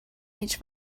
هیچ